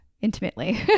intimately